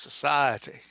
society